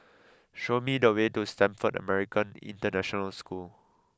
show me the way to Stamford American International School